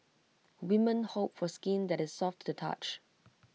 women hope for skin that is soft to the touch